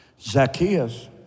Zacchaeus